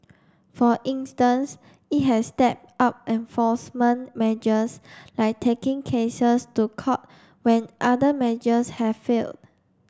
for instance it has stepped up enforcement measures like taking cases to court when other measures have failed